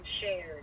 shared